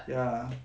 ya